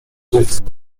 dziecka